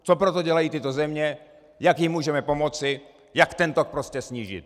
Co pro to dělají tyto země, jak jim můžeme pomoci, jak ten tok prostě snížit.